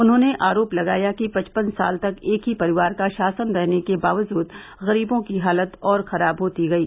उन्होंने आरोप लगाया कि पचपन साल तक एक ही परिवार का शासन रहने के बावजूद गरीबों की हालत और खराब होती गयी